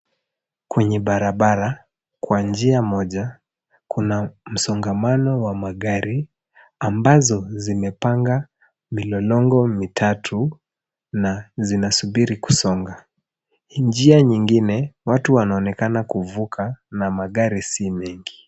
Kwenye barabara, kwa njia moja, kuna msongamano wa magari, ambazo zimepanga milolongo mitatu na zinasubiri kusonga. Njia nyingine, watu wanaonekana kuvuka na magari si mengi.